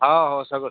हो हो सगळं